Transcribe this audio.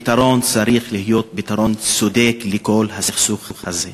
הפתרון צריך להיות פתרון צודק לכל הסכסוך הזה.